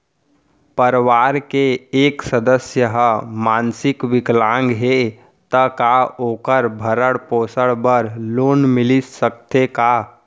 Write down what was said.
परवार के एक सदस्य हा मानसिक विकलांग हे त का वोकर भरण पोषण बर लोन मिलिस सकथे का?